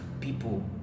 people